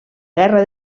guerra